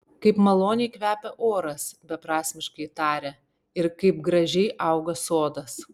kaip maloniai kvepia oras beprasmiškai tarė ir kaip gražiai auga sodas